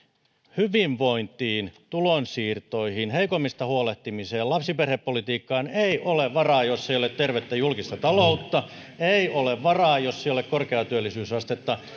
hyvinvointiin tulonsiirtoihin heikoimmista huolehtimiseen lapsiperhepolitiikkaan ei ole varaa jos ei ole tervettä julkista taloutta ei ole varaa jos ei ole korkeaa työllisyysastetta